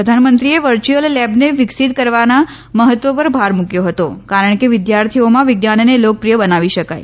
પ્રધાનમંત્રીએ વર્ચુંઅલ લેબને વિક્રસિત કરવાના મહત્વ પર ભાર મૂકવી હતો કારણ કે વિદ્યાર્થીઓમાં વિજ્ઞાનને લોકપ્રિય બનાવી શકાય